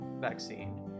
vaccine